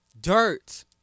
dirt